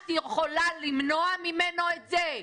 את יכולה למנוע ממנו את זה?